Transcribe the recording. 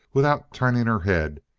without turning her head,